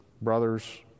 Brothers